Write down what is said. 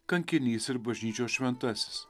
kankinys ir bažnyčios šventasis